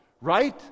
Right